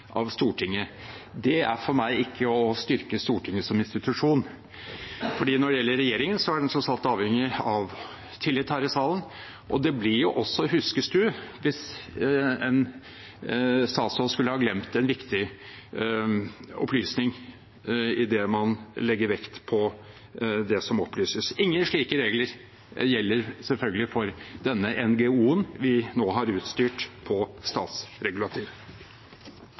Stortinget. Det er for meg ikke å styrke Stortinget som institusjon. For når det gjelder regjeringen, er den tross alt avhengig av tillit her i salen, og det blir jo også huskestue hvis en statsråd skulle ha glemt en viktig opplysning i det man legger vekt på i det som opplyses. Ingen slike regler gjelder selvfølgelig for denne NGO-en vi nå har utstyrt på